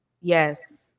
Yes